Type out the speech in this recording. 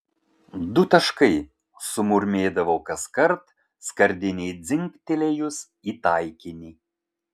du taškai sumurmėdavo kaskart skardinei dzingtelėjus į taikinį